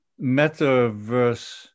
metaverse